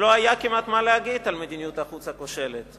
לא היה כמעט מה להגיד על מדיניות החוץ הכושלת.